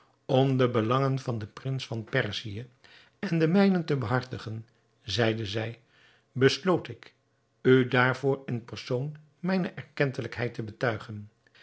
om de belangen van den prins van perzië en de mijnen te behartigen zeide zij besloot ik u daarvoor in persoon mijne erkentelijkheid te betuigen